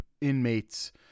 inmates